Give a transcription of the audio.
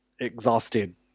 exhausted